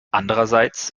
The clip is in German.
andererseits